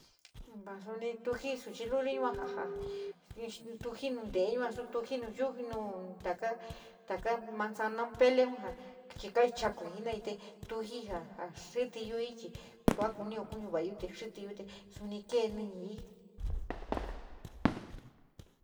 Va suni tuji suchi luli yua ja, ja ni stuji nun te´e yua stuji nu yuji nu taka manzana, pele ja chika chokui jena´ate tujii xitíyoi tua kunio kuñavayo te xiteyo te suni kee níníi.